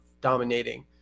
dominating